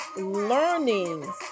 learning